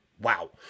wow